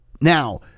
now